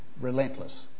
relentless